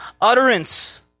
utterance